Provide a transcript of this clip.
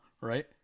Right